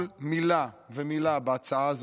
כל מילה ומילה בהצעה הזו,